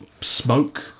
smoke